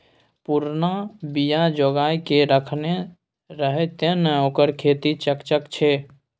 पुरना बीया जोगाकए रखने रहय तें न ओकर खेती चकचक छै